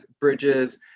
bridges